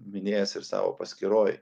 minėjęs ir savo paskyroj